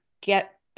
get